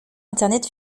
internet